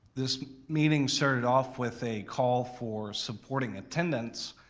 this meeting started off with a call for supporting attendance.